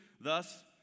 thus